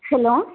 hello